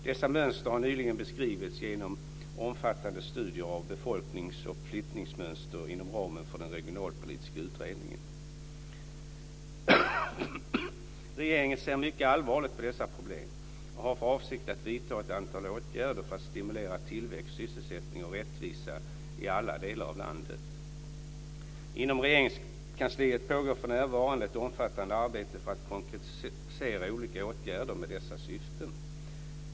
Dessa mönster har nyligen beskrivits genom omfattande studier av befolknings och flyttmönster inom ramen för den regionalpolitiska utredningen. Regeringen ser mycket allvarligt på dessa problem och har för avsikt att vidta ett antal åtgärder för att stimulera tillväxt, sysselsättning och rättvisa i alla delar av landet. Inom Regeringskansliet pågår för närvarande ett omfattande arbete för att konkretisera olika åtgärder med dessa syften.